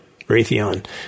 Raytheon